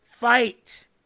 Fight